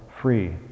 free